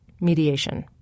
mediation